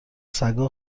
سگا